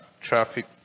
traffic